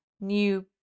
new